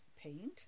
paint